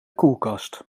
koelkast